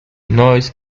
noise